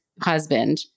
husband